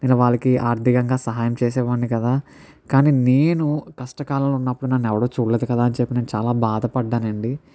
నేను వాళ్ళకి ఆర్థికంగా సహాయం చేసేవాడిని కదా కానీ నేను కష్ట కాలంలో ఉన్నప్పుడు నన్ను ఎవరు చూడలేదు కదా అని చెప్పి నేను చాలా బాధపడ్డాను అండి